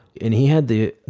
and he had the,